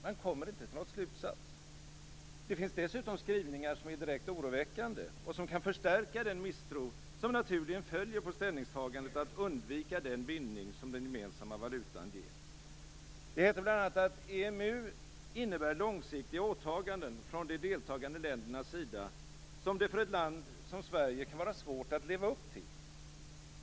Man kommer inte till någon slutsats. Det finns dessutom skrivningar som är direkt oroväckande och som kan förstärka den misstro som naturligen följer på ställningstagandet att undvika den bindning som den gemensamma valutan ger. Det heter bl.a. att EMU innebär långsiktiga åtaganden från de deltagande ländernas sida, som det för ett land som Sverige kan vara svårt att leva upp till.